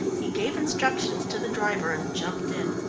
he gave instructions to the driver and jumped in.